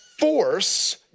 Force